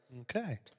Okay